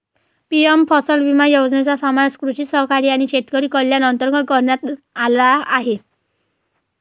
PM फसल विमा योजनेचा समावेश कृषी सहकारी आणि शेतकरी कल्याण अंतर्गत करण्यात आला आहे